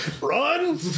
Run